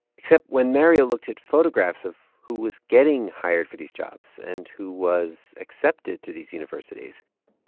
except when mario looked at photographs of who was getting hired for these jobs and who was accepted to these universities,